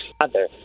father